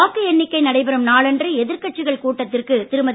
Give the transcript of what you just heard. வாக்கு எண்ணிக்கை நடைபெறும் நாளன்று எதிர்க்கட்சிகள் கூட்டத்திற்கு திருமதி